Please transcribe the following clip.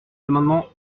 l’amendement